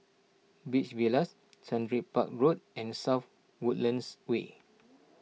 Beach Villas Sundridge Park Road and South Woodlands Way